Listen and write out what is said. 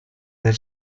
del